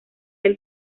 del